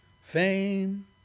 fame